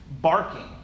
barking